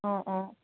অঁ অঁ